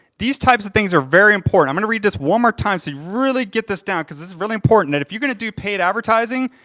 these types of things are very important. i'm gonna read this one more time so you really get this down, cause this is really important, and if you're gonna do paid advertising,